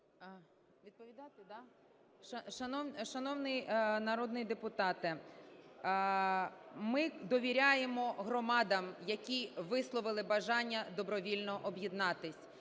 БАБАК А.В. Шановний народний депутате, ми довіряємо громадам, які висловили бажання добровільно об'єднатися,